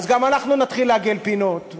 גם אנחנו נתחיל לעגל פינות,